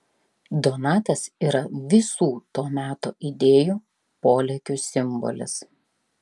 donatas yra visų to meto idėjų polėkių simbolis